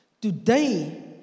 Today